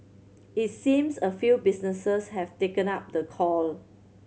it seems a few businesses have taken up the call